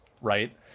right